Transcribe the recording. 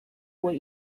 what